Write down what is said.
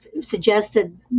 suggested